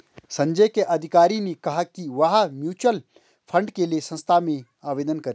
संजय के अधिकारी ने कहा कि वह म्यूच्यूअल फंड के लिए संस्था में आवेदन करें